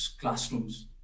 classrooms